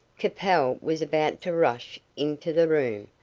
capel was about to rush into the room,